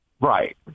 Right